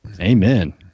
Amen